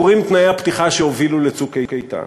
ברורים תנאי הפתיחה שהובילו ל"צוק איתן":